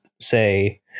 say